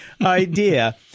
idea